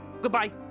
goodbye